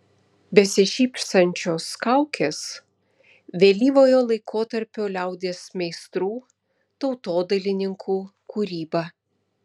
besišypsančios kaukės vėlyvojo laikotarpio liaudies meistrų tautodailininkų kūryba